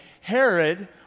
Herod